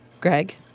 Greg